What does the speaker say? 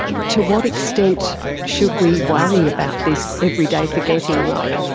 to what extent should we worry about this everyday forgetting? like,